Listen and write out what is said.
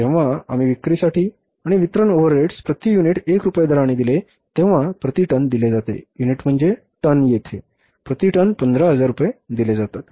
आणि जेव्हा आम्ही विक्रीसाठी आणि वितरण ओव्हरहेड्स प्रति युनिट 1 रुपये दराने दिले तेव्हा प्रति टन दिले जाते युनिट म्हणजे टन येथे प्रति टन 15000 रुपये दिले जातात